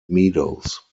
meadows